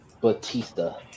Batista